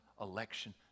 election